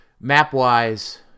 map-wise